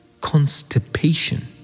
constipation